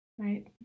right